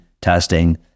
testing